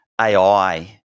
AI